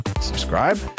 subscribe